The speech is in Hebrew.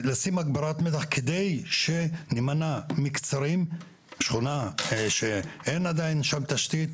לשים הגברת מתח כדי שנמנע מקצרים בשכונה שאין עדיין שם תשתית.